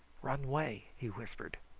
run away, he whispered.